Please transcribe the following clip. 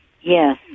Yes